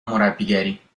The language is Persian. مربیگری